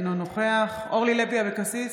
אינו נוכח אורלי לוי אבקסיס,